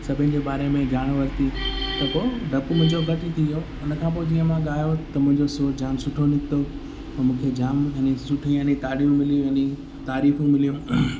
सभिनि जे बारे में ॼाण वरिती त पोइ डपु मुंहिंजो घटि थी वियो उन खां पोइ जीअं मां ॻायो त मुंहिंजो सुरु जामु सुठो निकितो त मूंखे जामु यानी सुठी यानी ताड़ियूं मिलियूं यानी तारीफ़ूं मिलियूं